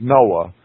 Noah